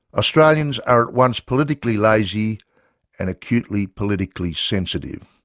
australians are at once politically lazy and acutely politically sensitive.